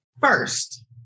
first